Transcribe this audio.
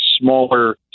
smaller